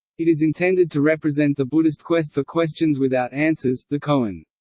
it is intended to represent the buddhist quest for questions without answers, the koan.